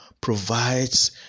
provides